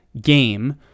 game